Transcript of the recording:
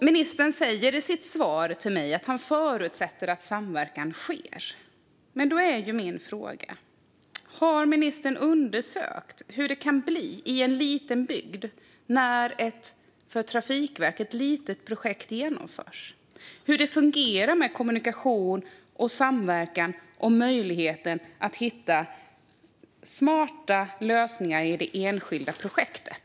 Ministern säger i sitt svar till mig att han förutsätter att samverkan sker. Men då är min fråga: Har ministern undersökt hur det kan bli i en liten bygd när ett, för Trafikverket litet, projekt genomförs? Har han undersökt hur det fungerar med kommunikation, samverkan och möjligheten att hitta smarta lösningar i det enskilda projektet?